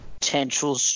potential